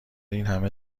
اینهمه